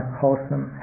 wholesome